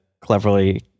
cleverly